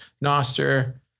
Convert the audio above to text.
Noster